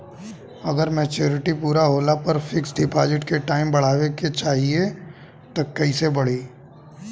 अगर मेचूरिटि पूरा होला पर हम फिक्स डिपॉज़िट के टाइम बढ़ावे के चाहिए त कैसे बढ़ी?